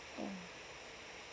mm